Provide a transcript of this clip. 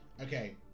Okay